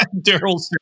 Daryl